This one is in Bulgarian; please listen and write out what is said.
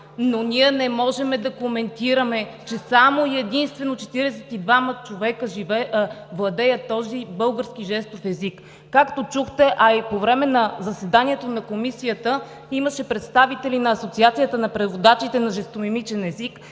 но ние не можем да коментираме, че само и единствено 42 човека владеят този български жестов език. Както чухте, а и по време на заседанието на Комисията имаше представители на Асоциацията на преводачите на жестомимичен език